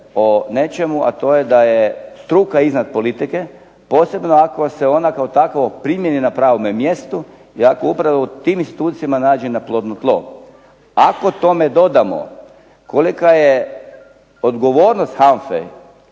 o nečemu, a to je da je struka iznad politike posebno ako se ona kao takva primjeni na pravome mjestu i ako upravo u tim institucijama naiđe na plodno tlo. Ako tome dodamo kolika je odgovornost HANFA-e,